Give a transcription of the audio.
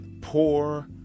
poor